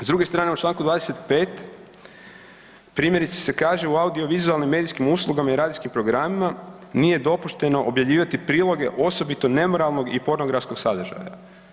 S druge strane u Članku 25. primjerice se kaže u audiovizualnim i medijskim usluga i radijskim programima nije dopušteno objavljivati priloge osobito nemoralnog i pornografskog sadržaja.